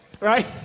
right